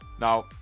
now